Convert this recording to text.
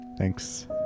Thanks